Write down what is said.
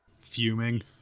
Fuming